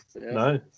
No